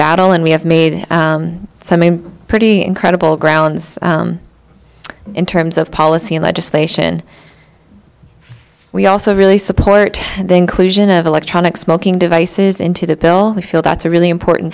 battle and we have made some pretty incredible grounds in terms of policy legislation we also really support the inclusion of electronic smoking devices into the pill we feel that's a really important